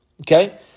okay